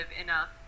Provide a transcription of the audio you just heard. enough